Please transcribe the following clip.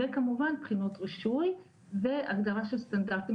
וכמובן בחינות רישוי והגדרה של סטנדרטים